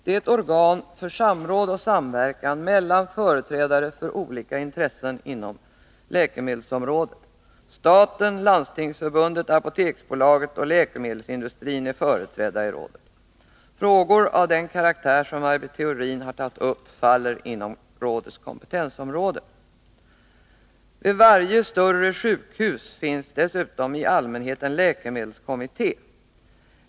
Det är ett organ för samråd och samverkan mellan företrädare för olika intressen inom läkemedelsområdet. Staten, Landstingsförbundet, Apoteksbolaget och läkemedelsindustrin är företrädda i rådet. Frågor av den karaktär som Maj Britt Theorin har tagit upp faller inom rådets kompetensområde. Vid varje större sjukhus finns dessutom i allmänhet en läkemedelskommitté.